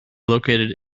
located